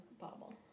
bobble